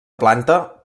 planta